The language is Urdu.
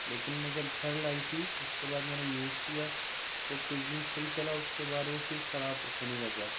لیکن میں جب گھر لائی تھی اُس کے بعد میں نے یوز کیا تو کچھ دِن صحیح چلا اُس کے بعد وہ پھر خراب ہونے لگا